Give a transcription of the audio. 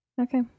Okay